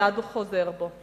מייד הוא חוזר בו.